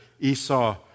Esau